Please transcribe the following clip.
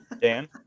Dan